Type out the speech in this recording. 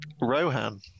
Rohan